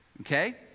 okay